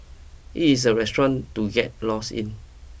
it is a restaurant to get lost in